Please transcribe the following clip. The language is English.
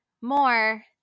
more